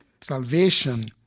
Salvation